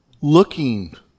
looking